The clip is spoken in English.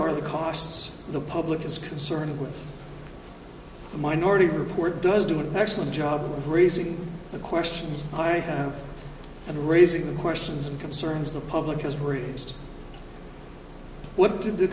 or the costs the public is concerned with the minority report does do an excellent job of raising the questions i have and raising the questions and concerns the public has raised what did the